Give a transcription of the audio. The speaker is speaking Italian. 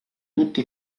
tutti